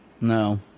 No